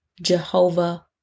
Jehovah